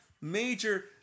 major